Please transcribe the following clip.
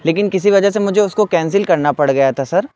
لیکن کسی وجہ سے مجھے اس کو کینسل کرنا پڑ گیا تھا سر